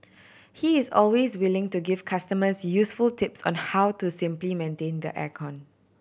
he is always willing to give customers useful tips on how to simply maintain the air con